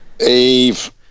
Eve